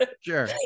sure